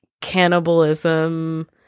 cannibalism